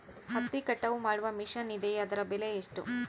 ಹತ್ತಿ ಕಟಾವು ಮಾಡುವ ಮಿಷನ್ ಇದೆಯೇ ಅದರ ಬೆಲೆ ಎಷ್ಟು?